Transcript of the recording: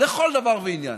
לכל דבר ועניין.